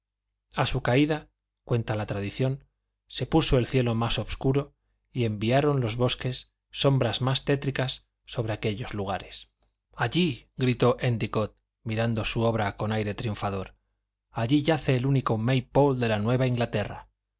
a su caída cuenta la tradición se puso el cielo más obscuro y enviaron los bosques sombras más tétricas sobre aquellos lugares allí gritó éndicott mirando su obra con aire triunfador allí yace el único may pole de la nueva inglaterra